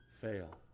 fail